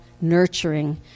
nurturing